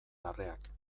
larreak